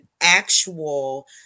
actual